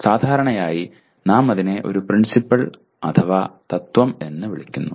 സാധാരണയായി നാം അതിനെ ഒരു പ്രിൻസിപ്പൾ അഥവാ തത്വം എന്ന് വിളിക്കുന്നു